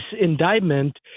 indictment